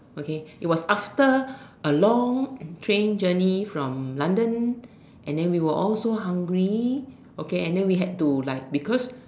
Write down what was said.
okay it was after a long train journey from London and then we were all so hungry okay and then we had to like because